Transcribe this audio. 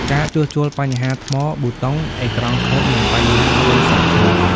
ការជួសជុលបញ្ហាថ្ម ប៊ូតុង អេក្រង់ខូច និងបញ្ហារន្ធសាកថ្ម។